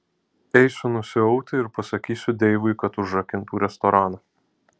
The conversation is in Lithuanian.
eisiu nusiauti ir pasakysiu deivui kad užrakintų restoraną